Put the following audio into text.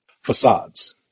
Facades